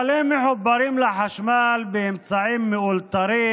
אבל הם מחוברים לחשמל באמצעים מאולתרים